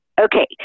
okay